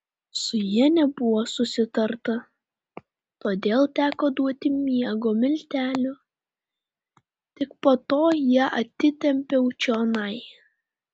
su ja nebuvo susitarta todėl teko duoti miego miltelių tik po to ją atitempiau čionai